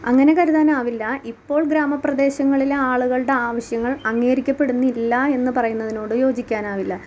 അങ്ങനെ കരുതാനാവില്ല ഇപ്പോൾ ഗ്രാമപ്രദേശങ്ങളിലെ ആളുകള്ടെ ആവശ്യങ്ങൾ അങ്ങീകരിക്കപ്പെടുന്നില്ല എന്ന് പറയുന്നതിനോട് യോജിക്കാനാവില്ല